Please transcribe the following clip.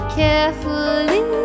carefully